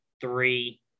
three